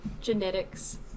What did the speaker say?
Genetics